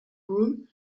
room